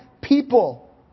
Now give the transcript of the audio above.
people